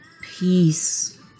Peace